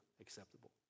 acceptable